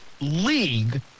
league